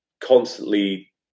constantly